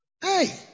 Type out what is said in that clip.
Hey